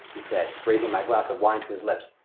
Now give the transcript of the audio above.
he said, raising my glass of wine to his lips,